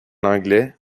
anglais